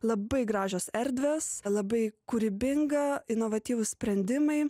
labai gražios erdvės labai kūrybinga inovatyvūs sprendimai